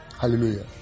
Hallelujah